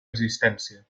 existència